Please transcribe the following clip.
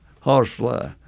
horsefly